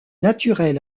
naturel